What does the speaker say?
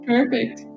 Perfect